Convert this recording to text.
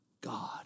God